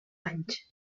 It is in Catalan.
anys